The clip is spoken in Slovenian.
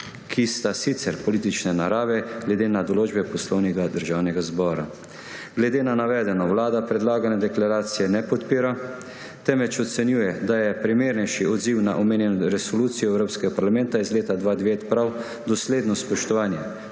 ki sta sicer politične narave, glede na določbe Poslovnika Državnega zbora. Glede na navedeno Vlada predlagane deklaracije ne podpira, temveč ocenjuje, da je primernejši odziv na omenjeno resolucijo Evropskega parlamenta iz leta 2009 prav dosledno spoštovanje